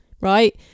right